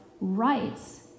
rights